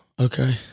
Okay